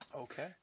Okay